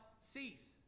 cease